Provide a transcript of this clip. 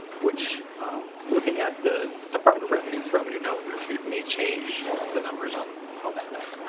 which looking at the department of revenues revenue note may change the numbers on on that note.